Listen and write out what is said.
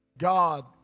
God